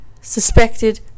suspected